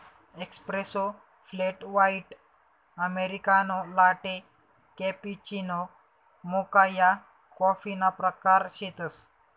espresso, flat white, americano, latte, cappuccino, mocha या कॉफीना प्रकार शेतसं